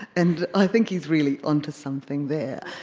and i think he's really on to something there,